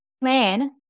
plan